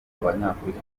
abanyafurika